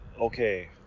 okay